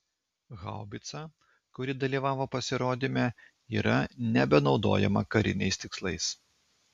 haubica kuri dalyvavo pasirodyme yra nebenaudojama kariniais tikslais